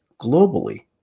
globally